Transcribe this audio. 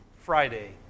Friday